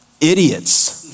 idiots